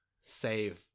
save